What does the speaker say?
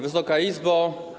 Wysoka Izbo!